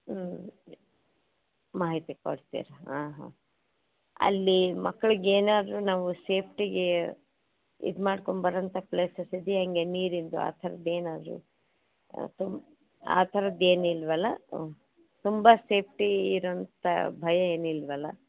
ಹ್ಞೂ ಮಾಹಿತಿ ಕೊಡ್ತೀರ ಆಂ ಹಾಂ ಅಲ್ಲಿ ಮಕ್ಕಳಿಗೇನಾದ್ರು ನಾವು ಸೇಫ್ಟಿಗೆ ಇದು ಮಾಡ್ಕೊಂಬರೋಂಥ ಪ್ಲೇಸಸ್ ಇದೆಯಾ ಹೇಗೆ ನೀರಿನದು ಆ ಥರದ್ದು ಏನಾದರೂ ತುಂಬ ಆ ಥರದ್ದು ಏನಿಲ್ಲವಲ್ಲ ಹ್ಞೂ ತುಂಬ ಸೇಫ್ಟಿ ಇರೋಂಥ ಭಯ ಏನಿಲ್ಲವಲ್ಲ